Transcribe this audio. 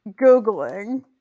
Googling